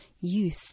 youth